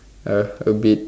have a bit